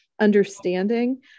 understanding